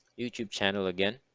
youtube channel again